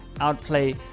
outplay